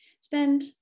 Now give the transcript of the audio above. Spend